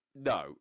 no